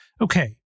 Okay